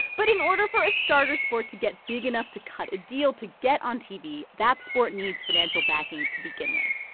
but in order for a starter sport to get big enough to cut a deal to get on tv, that sport needs financial backing to begin with.